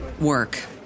work